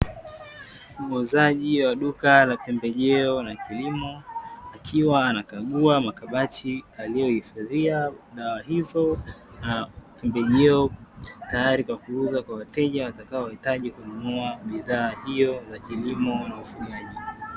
Muuzaji wa duka la pembejeo na kilimo, akiwa anakaguwa makabati aliyohifadhia dawa hizo na pembejeo tayari kwa kuuza kwa wateja watakaohitaji kununua bidhaa hiyo ya kilimo na ufugaji.